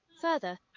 Further